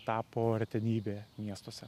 tapo retenybė miestuose